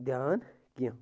دیان کیٚنٛہہ